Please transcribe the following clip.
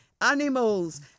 animals